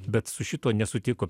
bet su šituo nesutiko